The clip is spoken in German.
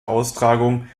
austragung